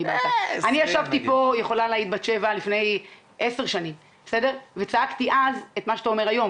אני ישבתי פה לפני 10 שנים וצעקתי אז את מה שאתה אומר היום.